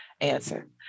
Answer